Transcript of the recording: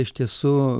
iš tiesų